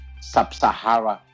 Sub-Saharan